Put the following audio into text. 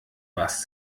was